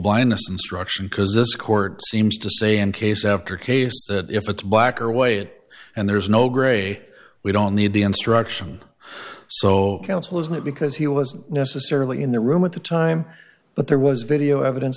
blindness instruction because this court seems to say in case after case that if it's blacker way it and there's no gray we don't need the instruction so counsel isn't it because he wasn't necessarily in the room at the time but there was video evidence